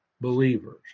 believers